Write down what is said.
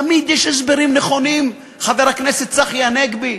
תמיד יש הסברים נכונים, חבר הכנסת צחי הנגבי,